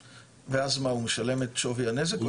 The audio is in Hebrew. ואז מה, הוא משלם את שווי הנזק?